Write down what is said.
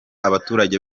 abaturage